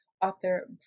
author